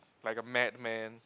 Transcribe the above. like a mad man